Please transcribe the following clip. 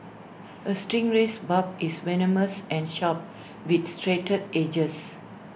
A stingray's barb is venomous and sharp with serrated edges